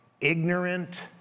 ignorant